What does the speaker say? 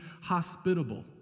hospitable